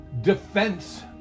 defense